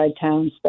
towns